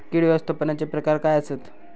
कीड व्यवस्थापनाचे प्रकार काय आसत?